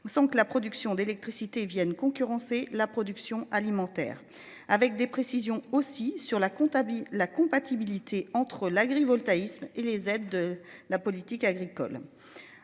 sont que la production d'électricité viennent concurrencer la production alimentaire avec des précisions aussi sur la comptable la compatibilité entre l'agrivoltaïsme et les aides de la politique agricole